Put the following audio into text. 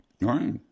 Right